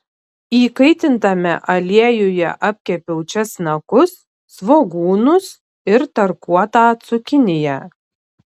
įkaitintame aliejuje apkepiau česnakus svogūnus ir tarkuotą cukiniją